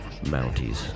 mounties